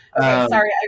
sorry